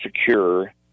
secure